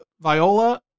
Viola